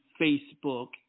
Facebook